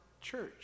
Church